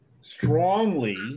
strongly